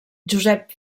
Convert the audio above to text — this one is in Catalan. josep